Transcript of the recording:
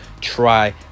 try